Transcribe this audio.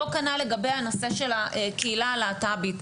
אותו כנ"ל לגבי הנושא של הקהילה הלהט"בית.